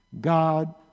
God